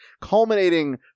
culminating